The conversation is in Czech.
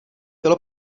bylo